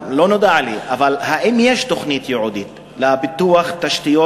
האם יש תוכנית ייעודית לפיתוח תשתיות